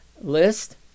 list